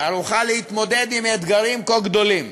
ערוכה להתמודד עם אתגרים כה גדולים?